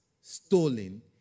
stolen